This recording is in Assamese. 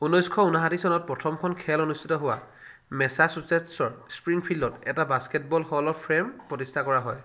ঊনৈছশ ঊনষাঠি চনত প্ৰথমখন খেল অনুষ্ঠিত হোৱা মেছাচুচেটছৰ স্প্ৰিংফিল্ডত এটা বাস্কেটবল হল অফ ফ্ৰেম প্ৰতিষ্ঠা কৰা হয়